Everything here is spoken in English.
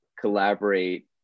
collaborate